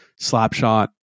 slapshot